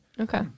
Okay